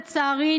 לצערי,